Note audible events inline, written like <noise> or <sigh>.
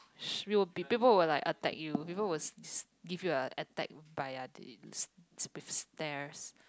<noise> will people will like attack you people will give you a attack by ya at the stairs